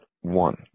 one